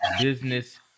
business